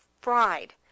fried